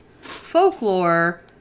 folklore